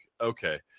okay